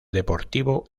deportivo